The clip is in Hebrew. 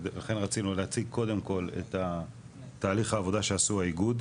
לכן רצינו להציג קודם כל את תהליך העבודה שעשו האיגוד.